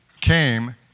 came